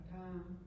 time